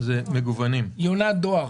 יונת דואר.